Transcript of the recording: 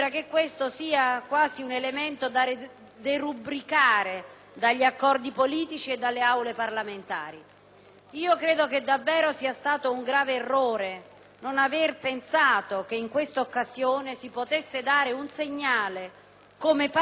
Credo che sia stato davvero un grave errore non aver pensato che in questa occasione si potesse dare un segnale, come Paese - ripeto come Paese non come schieramento politico o come Governo di essere almeno